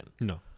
no